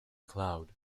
cloud